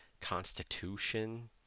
constitution